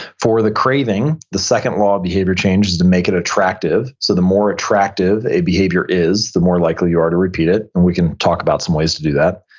for the craving, the second law of behavior change is to make it attractive. so the more attractive a behavior is, the more likely you are to repeat it. and we can talk about some ways to do that.